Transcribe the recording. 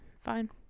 fine